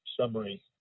summary